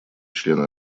члена